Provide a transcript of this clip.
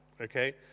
okay